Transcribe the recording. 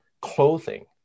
clothing